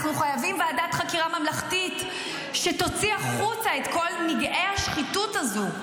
אנחנו חייבים ועדת חקירה ממלכתית שתוציא החוצה את כל נגעי השחיתות הזו,